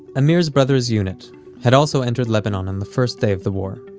amir's brother's unit had also entered lebanon on the first day of the war,